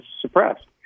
suppressed